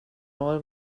oil